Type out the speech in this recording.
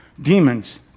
demons